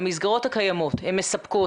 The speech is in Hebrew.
המסגרות הקיימות מספקות?